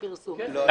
הפרסום הזה?